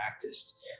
practiced